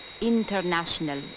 international